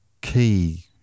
key